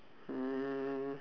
mm